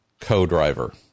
co-driver